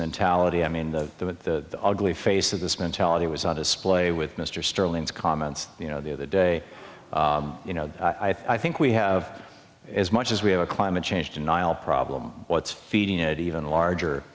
mentality i mean the ugly face of this mentality was on display with mr sterling's comments you know the other day you know i think we have as much as we have a climate change denial problem what's feeding it even larger